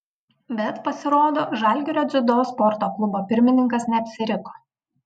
bet pasirodo žalgirio dziudo sporto klubo pirmininkas neapsiriko